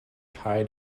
tie